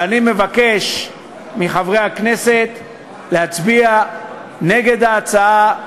ואני מבקש מחברי הכנסת להצביע נגד ההצעה,